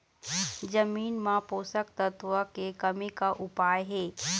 जमीन म पोषकतत्व के कमी का उपाय हे?